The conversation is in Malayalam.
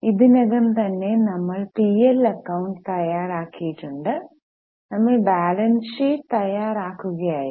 നമ്മൾ ഇതിനകം തന്നെ പി എൽ അക്കൌണ്ട് തയ്യാറാക്കിയിട്ടുണ്ട് നമ്മൾ ബാലൻസ് ഷീറ്റ് തയ്യാറാക്കുകയായിരുന്നു